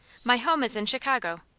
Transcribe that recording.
my home is in chicago.